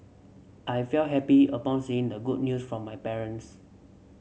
I felt happy upon saying the good news from my parents